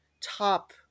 top